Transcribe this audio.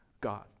God